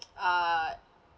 uh